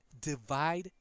divide